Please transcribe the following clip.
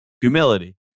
humility